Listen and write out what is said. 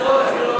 עם ממשלה רעה